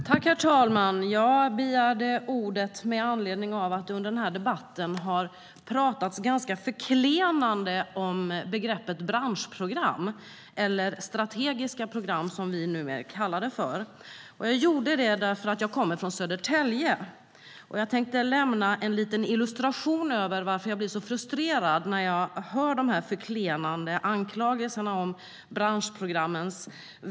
Herr talman! Jag begärde ordet med anledning av att det under debatten har talats ganska förklenande om branschprogram, eller strategiska program som vi numera kallar det för. Jag tänkte bidra med en liten illustration av varför jag blir så frustrerad när jag hör anklagelserna mot branschprogrammen.